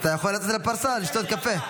אז אתה יכול ללכת לפרסה לשתות קפה.